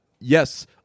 yes